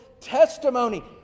testimony